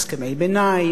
הסכמי ביניים,